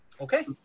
Okay